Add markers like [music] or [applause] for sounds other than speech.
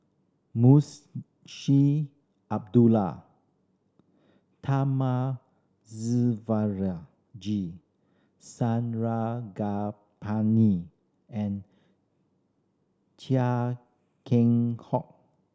[unintelligible] Abdullah Thamizhavel G Sarangapani and Chia Keng Hock